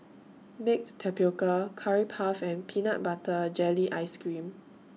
Baked Tapioca Curry Puff and Peanut Butter Jelly Ice Cream